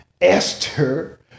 Esther